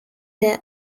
their